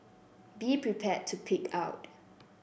be prepared to pig out